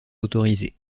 autorisés